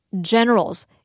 generals